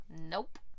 nope